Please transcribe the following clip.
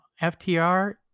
FTR